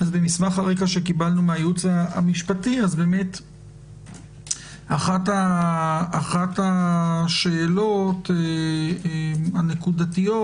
ממסמך הרקע שקיבלנו מהייעוץ המשפטי אחת השאלות הנקודתיות